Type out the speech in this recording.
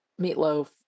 meatloaf